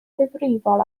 ddifrifol